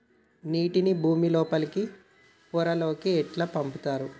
నీటిని భుమి లోపలి పొరలలోకి ఎట్లా పంపుతరు?